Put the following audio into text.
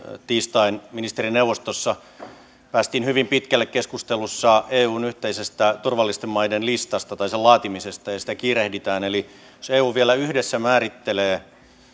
tiistain ministerineuvostossa päästiin hyvin pitkälle keskustelussa eun yhteisestä turvallisten maiden listan laatimisesta ja sitä kiirehditään eli jos eu vielä yhdessä määrittelee